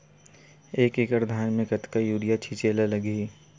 एक एकड़ धान में कतका यूरिया छिंचे ला लगही?